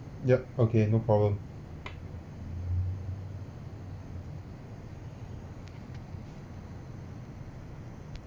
yup okay no problem